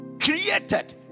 created